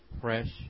fresh